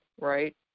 right